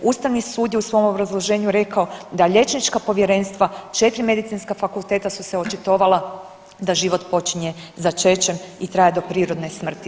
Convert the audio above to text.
Ustavni sud je u svom obrazloženju rekao da liječnička povjerenstva, četiri medicinska fakulteta su se očitovala da život počinje začećem i traje do prirodne smrti.